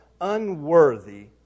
unworthy